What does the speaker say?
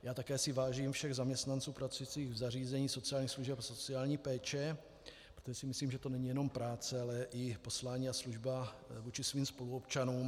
Já také si vážím všech zaměstnanců pracujících v zařízeních sociálních služeb a sociální péče, protože si myslím, že to není jenom práce, ale i poslání a služba vůči svým spoluobčanům.